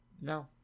no